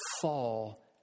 fall